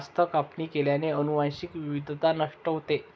जास्त कापणी केल्याने अनुवांशिक विविधता नष्ट होते